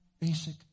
basic